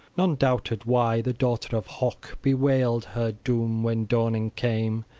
none doubted why the daughter of hoc bewailed her doom when dawning came,